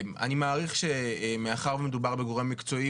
אני מעריך שמאחר ומדובר בגורם מקצועי,